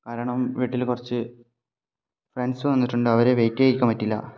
കാരണം വീട്ടിൽ കുറച്ച് ഫ്രണ്ട്സ് വന്നിട്ടുണ്ട് അവരെ വെയ്റ്റ് ചെയ്യിക്കാൻ പറ്റില്ല